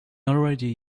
already